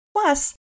Plus